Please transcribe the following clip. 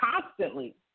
constantly